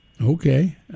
Okay